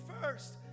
first